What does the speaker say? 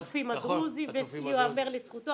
את הצופים הדרוזים זה ייאמר לזכותו.